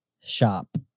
shop